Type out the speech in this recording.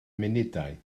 munudau